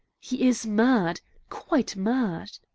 he is mad quite mad!